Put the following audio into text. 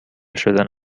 شدن